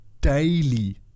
Daily